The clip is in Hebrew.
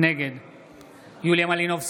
נגד יוליה מלינובסקי,